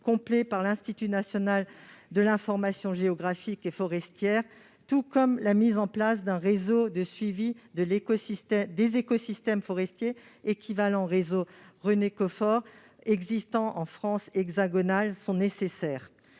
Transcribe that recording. complet par l'Institut national de l'information géographique et forestière tout comme la mise en place d'un réseau de suivi des écosystèmes forestiers équivalent au réseau Renecofor existant en France hexagonale sont nécessaires.